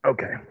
Okay